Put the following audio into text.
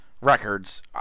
records